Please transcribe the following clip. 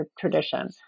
tradition